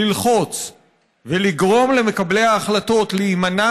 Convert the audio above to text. ללחוץ ולגרום למקבלי ההחלטות להימנע